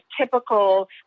typical